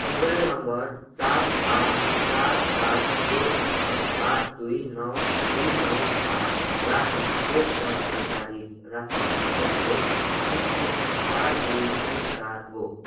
mobile number सात आठ चार चार एक छ सात दुई नौ दुई नौ का लागि खोप दर्ता जारी राख्न तपाईँँको एमपिन चार दुई तिन चार हो